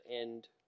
end